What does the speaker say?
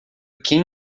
quem